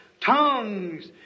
Tongues